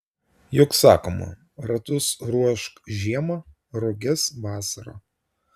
juk sakoma ratus ruošk žiemą roges vasarą